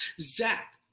Zach